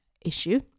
issue